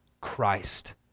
Christ